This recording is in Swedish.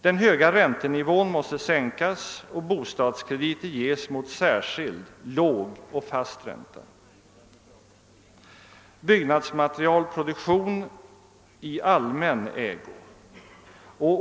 Den höga räntenivån måste sänkas och bostadskrediter ges mot särskild, låg och fast ränta. 5: Byggnadsmaterialproduktionen överförs i allmän ägo.